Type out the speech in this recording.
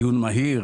דיון מהיר,